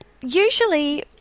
usually